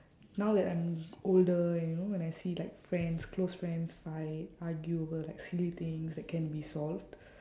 now that I'm older and you know when I see like friends close friends fight argue over like silly things that can be solved